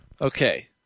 Okay